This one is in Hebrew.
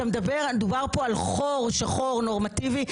דובר כאן על חור שחור נורמטיבי.